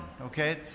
okay